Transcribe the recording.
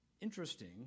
Interesting